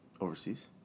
Overseas